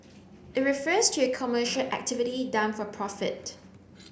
it refers to a commercial activity done for profit